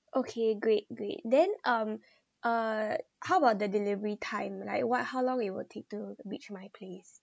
okay great great then um uh how about the delivery time like what how long it will take to reach my place